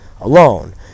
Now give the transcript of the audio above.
Alone